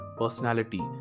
personality